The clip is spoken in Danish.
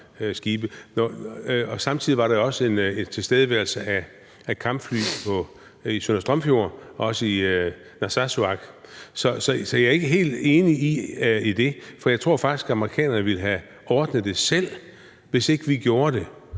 Og samtidig var der også en tilstedeværelse af kampfly i Søndre Strømfjord og i Narsarsuaq. Så jeg er ikke helt enig i det, for jeg tror faktisk, at amerikanerne ville have ordnet det selv, hvis ikke vi gjorde det.